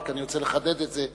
אני רוצה לחדד את זה,